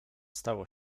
stało